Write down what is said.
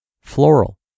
floral